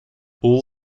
all